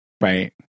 Right